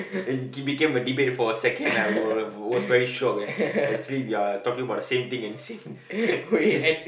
and it became a debate for a second I wa~ was very shocked eh actually we are talking about the same thing and the same just